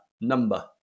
number